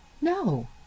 No